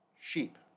sheep